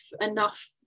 enough